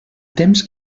temps